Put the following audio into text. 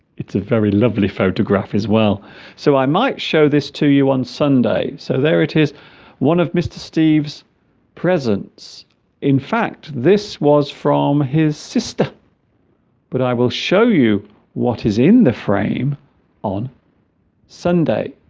it's a very lovely photograph as well so i might show this to you on sunday so there it is one of mr. steve's presents in fact this was from his sister but i will show you what is in the frame on sunday